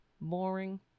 boring